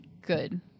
Good